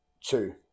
Two